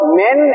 men